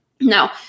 Now